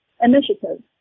initiative